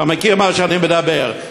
אתה מכיר את מה שאני מדבר עליו.